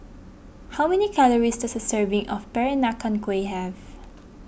how many calories does a serving of Peranakan Kueh have